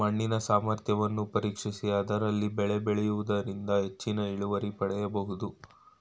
ಮಣ್ಣಿನ ಸಾಮರ್ಥ್ಯವನ್ನು ಪರೀಕ್ಷಿಸಿ ಅದರಲ್ಲಿ ಬೆಳೆ ಬೆಳೆಯೂದರಿಂದ ಹೆಚ್ಚಿನ ಇಳುವರಿ ಪಡೆಯಬೋದು